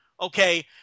okay